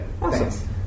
Awesome